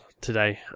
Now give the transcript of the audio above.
today